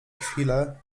chwile